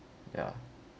yeah